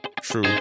True